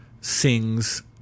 sings